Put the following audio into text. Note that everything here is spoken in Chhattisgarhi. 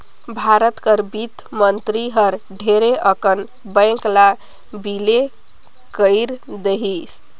भारत कर बित्त मंतरी हर ढेरे अकन बेंक ल बिले कइर देहिस